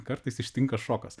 kartais ištinka šokas